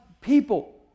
people